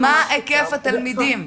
מה היקף התלמידים?